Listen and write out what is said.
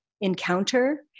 encounter